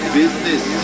business